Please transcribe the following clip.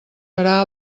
farà